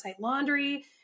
laundry